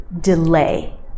delay